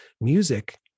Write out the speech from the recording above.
music